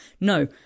no